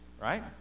Right